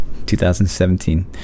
2017